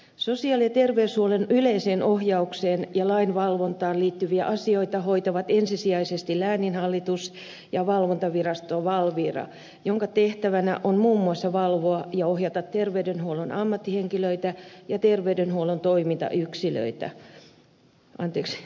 sosiaali ja terveydenhuollon yleiseen ohjaukseen ja lain valvontaan liittyviä asioita hoitavat ensisijaisesti lääninhallitus ja valvontavirasto valvira jonka tehtävänä on muun muassa valvoa ja ohjata terveydenhuollon ammattihenkilöitä ja terveydenhuollon toimintayksiköitä